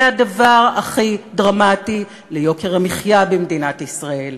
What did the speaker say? זה הדבר הכי דרמטי ליוקר המחיה במדינת ישראל,